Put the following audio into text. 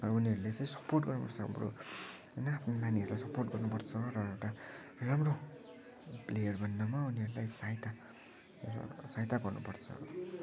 उनीहरूले चाहिँ सपोर्ट गर्नुपर्छ बरु होइन आफ्नो नानीहरूलाई सपोर्ट गर्नुपर्छ र एउटा राम्रो प्लेयर बन्नमा उनारहरूलाई सहायता र सहायता गर्नुपर्छ